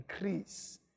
increase